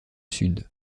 sud